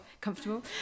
Comfortable